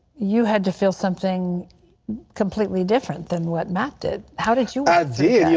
you had to feel something completely different than what matt did, how did you i did. you